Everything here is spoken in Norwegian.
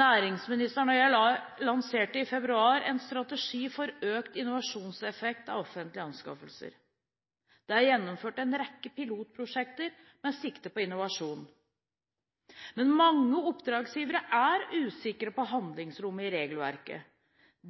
Næringsministeren og jeg lanserte i februar en strategi for økt innovasjonseffekt av offentlige anskaffelser. Det er gjennomført en rekke pilotprosjekter med sikte på innovasjon, men mange oppdragsgivere er usikre på handlingsrommet i regelverket.